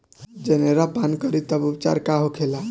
जनेरा पान करी तब उपचार का होखेला?